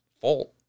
fault